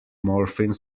morphine